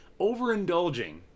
overindulging